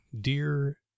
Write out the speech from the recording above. Dear